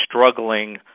struggling